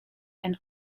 and